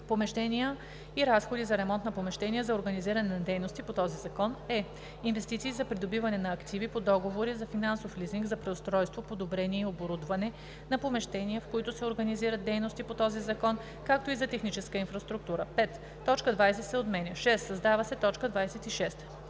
помещения и разходи за ремонт на помещения за организиране на дейности по този закон; е) инвестиции за придобиване на активи по договори за финансов лизинг, за преустройство, подобрение и оборудване на помещения, в които се организират дейности по този закон, както и за техническа инфраструктура.“ 5. Точка 20 се отменя. 6. Създава се т.